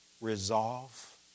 resolve